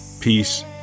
Peace